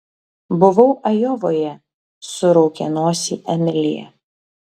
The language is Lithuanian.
buvau ajovoje suraukė nosį emilija